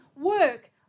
work